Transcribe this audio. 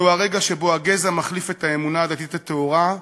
זהו הרגע שבו הגזע מחליף את האמונה הדתית הטהורה,